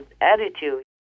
attitude